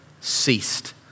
ceased